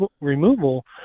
removal